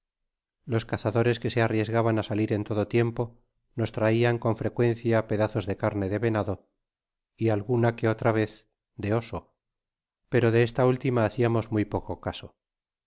los cazadores que se arriesgaban á salir en todo tiempo nos traian cofl frecuencia pedazos de carne de venado y alguna que otra rez de oso pero de esta última haciamos muy poco oaso